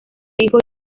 hijo